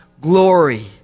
glory